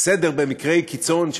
זה בסדר במקרי קיצון,